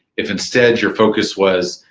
if instead, your focus was,